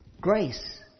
Grace